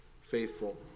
faithful